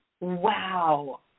Wow